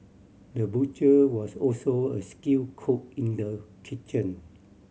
the butcher was also a skilled cook in the kitchen